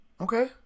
Okay